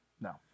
No